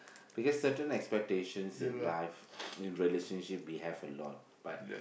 because certain expectations in life in relationship we have a lot but